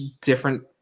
different